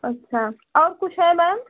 अच्छा और कुछ है मैम